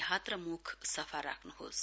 हात र मुख सफा राख्नुहोस